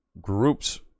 groups